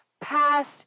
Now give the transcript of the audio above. past